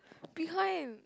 behind